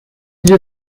due